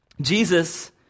Jesus